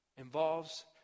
involves